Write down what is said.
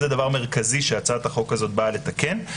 זה דבר מרכזי שההצעה הזאת באה לתקן.